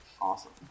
Awesome